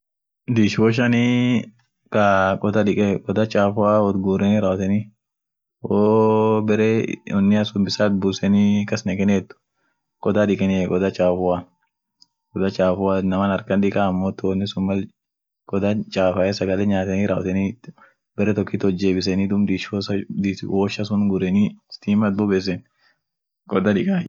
Vacuum clinan woni tok ka stiman wot konecteni, kilea isan akama nguvu kaba duke faa moshin minkasa, woya ama floor mina fa, laf jala sun fa duke koona ,duuka fa, duuka ta sagalea itaanan ta woyaa itaanan, bare duuka ama min raapupaa fa, dukesu kuli iran sun kasa kaasai juu inin kilea isan sun nguvu kabuun